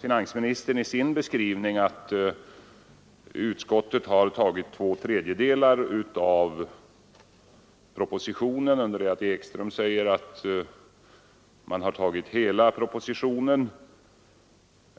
Finansministern sade i sin beskrivning att utskottet har tagit två tredjedelar av propositionen, medan herr Ekström sade att utskottet har tagit hela propositionen.